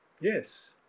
Yes